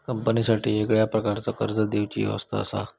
कंपनीसाठी वेगळ्या प्रकारचा कर्ज देवची व्यवस्था असा